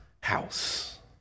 house